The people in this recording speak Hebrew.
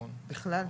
בכלל?